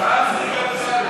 מוותר.